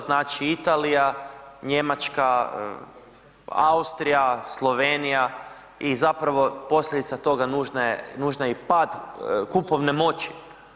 Znači, Italija, Njemačka, Austrija, Slovenija i zapravo posljedica toga nužna je i pad kupovne moći.